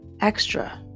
extra